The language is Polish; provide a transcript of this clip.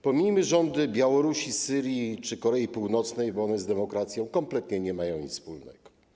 Pomińmy rządy Białorusi, Syrii czy Korei Północnej, bo one z demokracją kompletnie nie mają nic wspólnego.